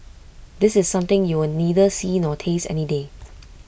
this is something you'll neither see nor taste any day